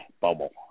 bubble